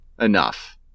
enough